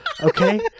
Okay